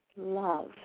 love